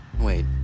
Wait